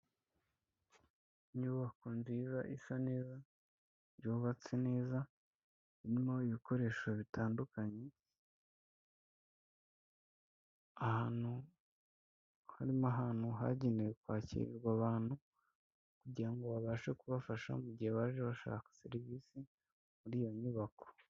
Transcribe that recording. Inyubako nziza isa neza yubatse neza irimo ibikoresho bitandukanye. Ahantu harimo ahantu hagenewe kwakirwa abantu kugira ngo babashe kubafasha mu gihe baje bashaka serivisi muri iyo nyubako.